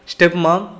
Stepmom